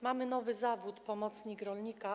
Mamy nowy zawód: pomocnik rolnika.